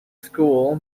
school